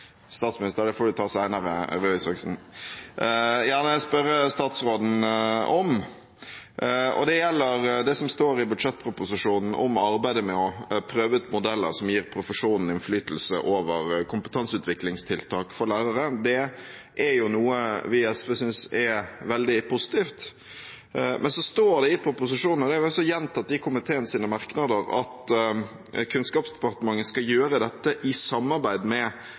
spørre statsråden om, og det gjelder det som står i budsjettproposisjonen om arbeidet med å prøve ut modeller som gir profesjonen innflytelse over kompetanseutviklingstiltak for lærere. Det er noe vi i SV synes er veldig positivt. Men så står det i proposisjonen, og det har også vært gjentatt i komiteens merknader, at Kunnskapsdepartementet skal gjøre dette «i samarbeid med